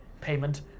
payment